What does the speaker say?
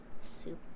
soup